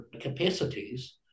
capacities